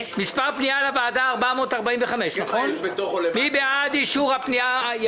מי בעד אישור פנייה מס' 445?